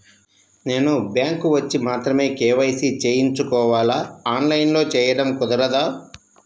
నేను బ్యాంక్ వచ్చి మాత్రమే కే.వై.సి చేయించుకోవాలా? ఆన్లైన్లో చేయటం కుదరదా?